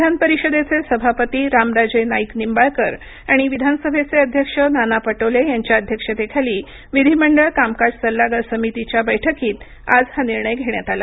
विधान परिषदेचे सभापती रामराजे नाईक निंबाळकर आणि विधानसभेचे अध्यक्ष नाना पटोले यांच्या अध्यक्षतेखाली विधीमंडळ कामकाज सल्लागार समितीच्या बैठकीत आज हा निर्णय घेण्यात आला